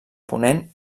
ponent